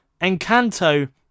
Encanto